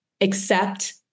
accept